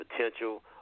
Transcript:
potential